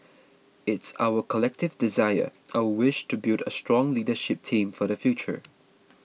it's our collective desire our wish to build a strong leadership team for the future